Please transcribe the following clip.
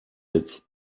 its